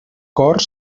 cor